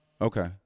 Okay